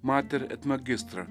mater magistra